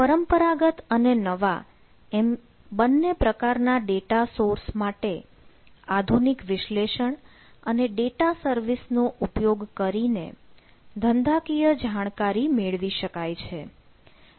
પરંપરાગત અને નવા એમ બંને પ્રકારના ડેટા સોર્સ માટે આધુનિક વિશ્લેષણ અને ડેટા સર્વિસ નો ઉપયોગ કરીને ધંધાકીય જાણકારી મેળવી શકાય છે